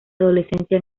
adolescencia